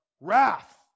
wrath